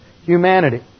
Humanity